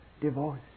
divorce